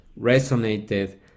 resonated